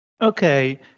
Okay